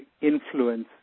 influence